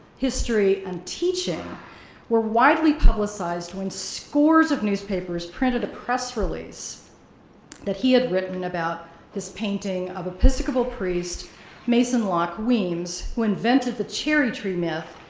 history, and teaching were widely publicized when scores of newspapers printed a press release that he had written about his painting of episcopal priest mason locke weems, who invented the cherry tree myth,